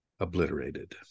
obliterated